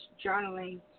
journaling